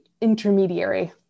intermediary